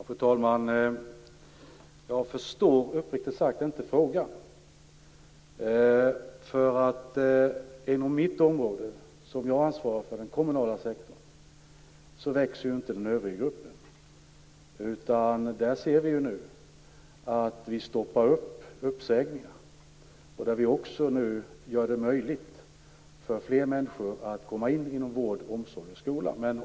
Fru talman! Jag förstår uppriktigt sagt inte frågan. Inom det område som jag ansvarar för, den kommunala sektorn, växer ju inte övriggruppen. Där stoppar vi nu uppsägningar. Vi gör det också möjligt för fler människor att komma in inom vård, omsorg och skola.